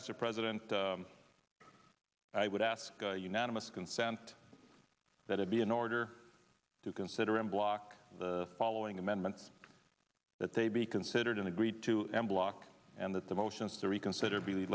mr president i would ask unanimous consent that it be in order to consider in block the following amendments that they be considered and agreed to them block and that the motions to reconsider be